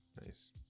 Nice